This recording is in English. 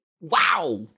Wow